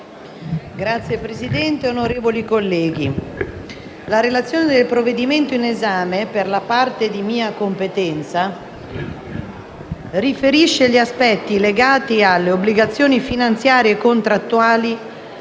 Signora Presidente, onorevoli colleghi, la relazione del provvedimento in esame, per la parte di mia competenza, riferisce degli aspetti legati alle obbligazioni finanziarie e contrattuali,